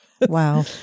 wow